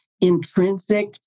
intrinsic